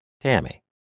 Tammy